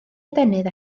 adenydd